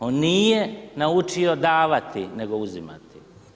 On nije naučio davati, nego uzimati.